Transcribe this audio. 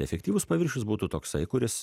efektyvus paviršius būtų toksai kuris